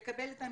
לקבל את המידע?